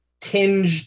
tinged